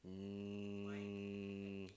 um